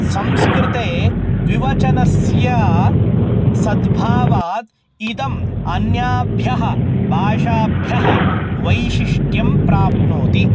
संस्कृते द्विवचनस्य सद्भावात् इदम् अन्याभ्यः भाषाभ्यः वैशिष्ट्यं प्राप्नोति